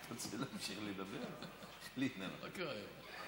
מה קרה היום?